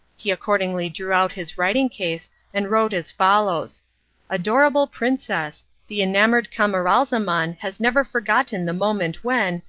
he accordingly drew out his writing case and wrote as follows adorable princess! the enamoured camaralzaman has never forgotten the moment when,